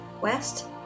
west